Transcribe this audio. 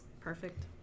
perfect